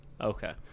Okay